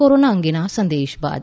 corona અંગેના આ સંદેશ બાદ